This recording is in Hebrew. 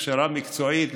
הכשרה מקצועית,